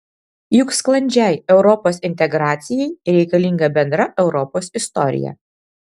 juk sklandžiai europos integracijai reikalinga bendra europos istorija